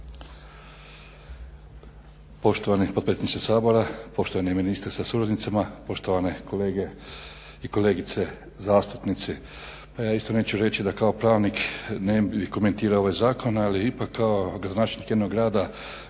Poštovani potpredsjedniče Sabora, poštovani ministre sa suradnicama, poštovane kolege i kolegice zastupnici. Pa ja isto neću reći da kao pravnik ne bih komentirao ove zakone ali ipak kao gradonačelnik jednog grada,